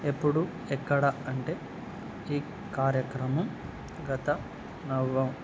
ఎప్పుడు ఎక్కడ అంటే ఈ కార్యక్రమం గత